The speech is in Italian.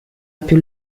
più